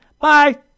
Bye